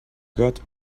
got